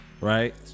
right